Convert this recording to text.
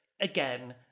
again